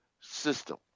system